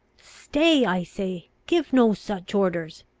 stay, i say! give no such orders!